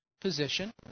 position